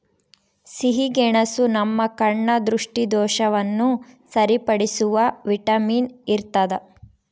ಸಿಹಿಗೆಣಸು ನಮ್ಮ ಕಣ್ಣ ದೃಷ್ಟಿದೋಷವನ್ನು ಸರಿಪಡಿಸುವ ವಿಟಮಿನ್ ಇರ್ತಾದ